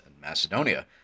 Macedonia